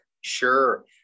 Sure